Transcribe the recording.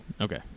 Okay